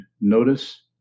notice